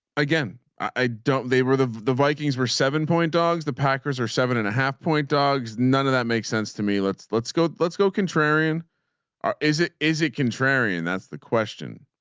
again i don't. they were the the vikings were seven point dogs the packers are seven and a half point dogs. none of that makes sense to me. let's let's go let's go contrarian is it is it contrarian. that's the question.